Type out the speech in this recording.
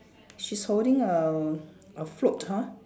she's holding a a float !huh!